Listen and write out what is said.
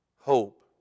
hope